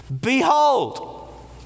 behold